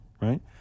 right